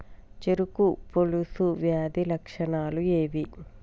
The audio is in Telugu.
చెరుకు పొలుసు వ్యాధి లక్షణాలు ఏవి?